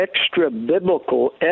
extra-biblical